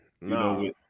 No